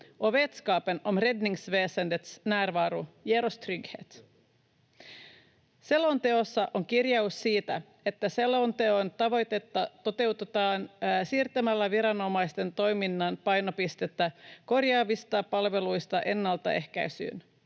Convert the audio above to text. vetskapen om räddningsväsendets närvaro ger oss trygghet. Selonteossa on kirjaus siitä, että selonteon tavoitetta toteutetaan siirtämällä viranomaisten toiminnan painopistettä korjaavista palveluista ennaltaehkäisyyn